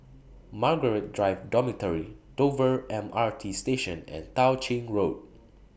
Margaret Drive Dormitory Dover M R T Station and Tao Ching Road